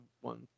one